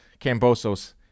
Camboso's